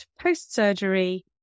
post-surgery